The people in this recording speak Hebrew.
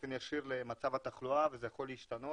באופן ישיר למצב התחלואה וזה יכול להשתנות